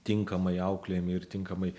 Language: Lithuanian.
tinkamai auklėjami ir tinkamai